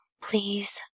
Please